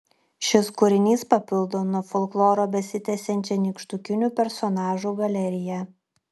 šis kūrinys papildo nuo folkloro besitęsiančią nykštukinių personažų galeriją